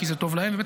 כי זה טוב להם, וב.